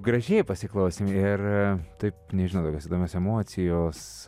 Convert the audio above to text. gražiai pasiklausėm ir taip nežinau tokios įdomios emocijos